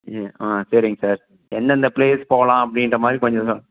ம் ஆ சரிங்க சார் எந்தெந்த ப்ளேஸ் போகலாம் அப்படின்ற மாதிரி கொஞ்சம்